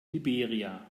liberia